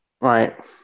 Right